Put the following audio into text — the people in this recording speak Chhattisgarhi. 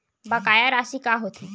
बकाया राशि का होथे?